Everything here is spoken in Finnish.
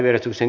asia